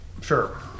Sure